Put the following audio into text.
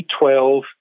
B12